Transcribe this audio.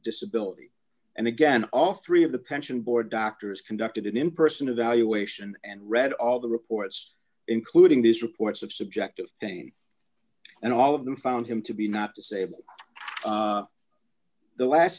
disability and again all three of the pension board doctors conducted in person evaluation and read all the reports including these reports of subjective pain and all of them found him to be not disabled the last